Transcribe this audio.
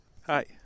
Hi